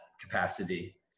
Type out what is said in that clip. capacity